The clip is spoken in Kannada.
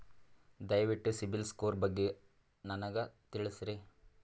ದಯವಿಟ್ಟು ಸಿಬಿಲ್ ಸ್ಕೋರ್ ಬಗ್ಗೆ ನನಗ ತಿಳಸರಿ?